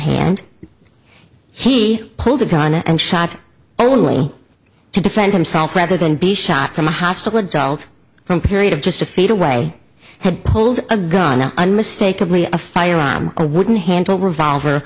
hand he pulled a gun and shot only to defend himself rather than be shot from a hospital adult from period of just a feet away had pulled a gun out unmistakeably a firearm a wooden handle revolver